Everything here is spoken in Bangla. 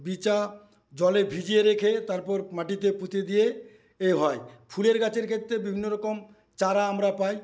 বিচা জলে ভিজিয়ে রেখে তারপর মাটিতে পুঁতে দিয়ে এ হয় ফুলের গাছের ক্ষেত্রে বিভিন্নরকম চারা আমরা পাই